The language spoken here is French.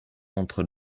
entre